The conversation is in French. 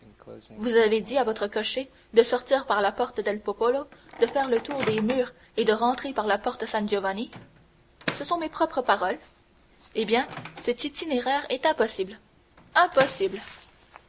vous avez dit à votre cocher de sortir par la porte del popolo de faire le tour des murs et de rentrer par la porte san giovanni ce sont mes propres paroles eh bien cet itinéraire est impossible